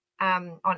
on